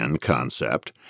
concept